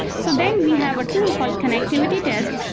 so then we have a tool called connectivity test,